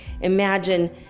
imagine